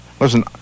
Listen